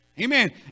Amen